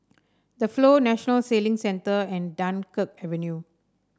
The Flow National Sailing Centre and Dunkirk Avenue